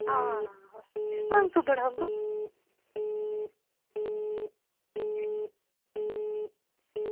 आं पंज सौ बड़ा मड़ो